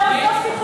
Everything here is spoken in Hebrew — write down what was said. זהו, סוף סיפור?